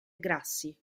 grassi